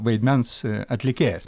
vaidmens atlikėjas